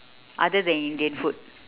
other than indian food